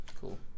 Cool